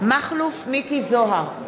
מכלוף מיקי זוהר,